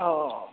औ